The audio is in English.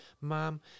mom